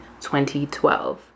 2012